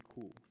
cool